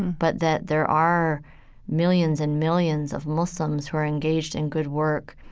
but that there are millions and millions of muslims who are engaged in good work.